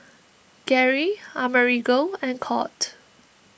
Garey Amerigo and Colt